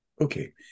Okay